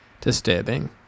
Disturbing